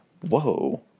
Whoa